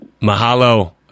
Mahalo